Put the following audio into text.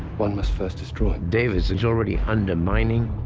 one must first destroy. david is already undermining.